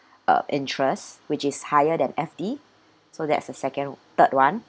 uh interest which is higher than F_D so that's a second third [one]